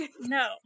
No